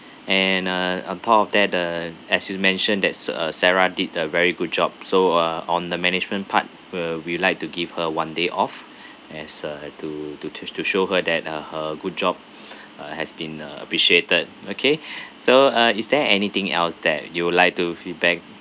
and uh on top of that the as you mentioned that s~ uh sarah did a very good job so uh on the management part uh we like to give her one day off as uh to to to to show her that uh her good job uh has been uh appreciated okay so uh is there anything else that you would like to feedback